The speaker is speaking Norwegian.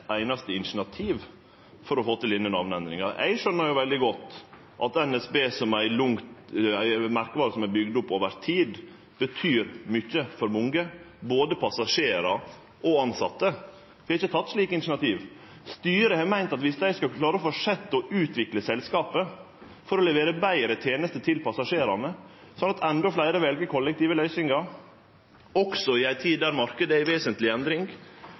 einaste initiativ for å få til denne namneendringa. Eg skjønar veldig godt at NSB som ei merkevare som er bygd opp over tid, betyr mykje for mange, både passasjerar og tilsette. Vi har ikkje teke slike initiativ. Men styret har vurdert det slik, om dei skal klare å fortsetje å utvikle selskapet for å levere betre tenester til passasjerane, slik at endå fleire vel kollektive løysingar, også i ei tid då marknaden er i vesentleg endring.